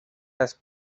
las